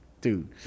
dude